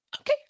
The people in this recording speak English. okay